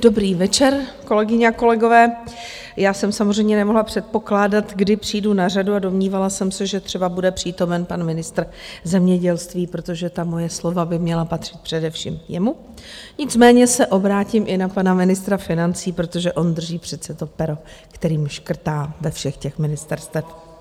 Dobrý večer, kolegyně a kolegové, já jsem samozřejmě nemohla předpokládat, kdy přijdu na řadu a domnívala jsem se, že třeba bude přítomen pan ministr zemědělství, protože moje slova by měla patřit především jemu, nicméně se obrátím i na pana ministra financí, protože on drží přece to pero, kterým škrtá ve všech těch ministerstvech.